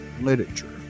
literature